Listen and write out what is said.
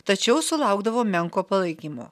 tačiau sulaukdavo menko palaikymo